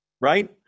Right